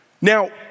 Now